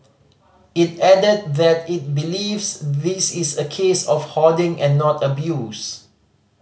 it added that it believes this is a case of hoarding and not abuse